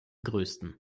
größten